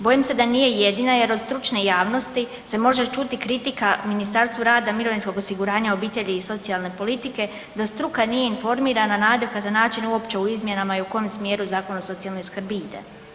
Bojim se da nije jedina jer od stručne javnosti se može čuti kritika Ministarstvu rada, mirovinskog osiguranja, obitelji i socijalne politike da struka nije informirana na adekvatan način uopće u izmjenama i u kojem smjeru Zakon o socijalnoj skrbi ide.